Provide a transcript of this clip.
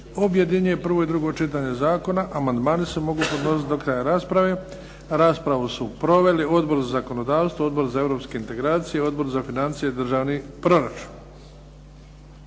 objedinjuje prvo i drugo čitanje zakona, amandmani se mogu podnositi do kraja rasprave. Raspravu su proveli Odbor za zakonodavstvo, Odbor za Europske integracije, Odbor za financije i državni proračun.